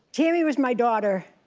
tammy was my daughter.